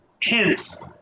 hints